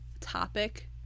topic